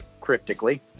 cryptically